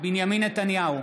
בנימין נתניהו,